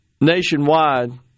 nationwide